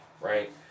right